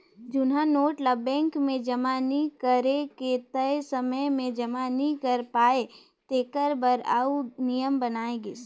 जुनहा नोट ल बेंक मे जमा करे के तय समे में जमा नी करे पाए तेकर बर आउ नियम बनाय गिस